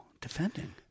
defending